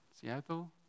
Seattle